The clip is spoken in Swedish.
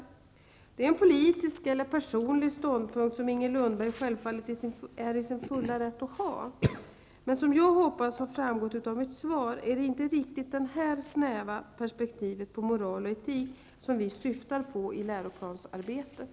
Detta är en politisk eller personlig ståndpunkt som Inger Lundberg självfallet är i sin fulla rätt att ha. Men som jag hoppas har framgått av mitt svar, är det inte riktigt detta snäva perspektiv på moral och etik vi syftar på i läroplansarbetet.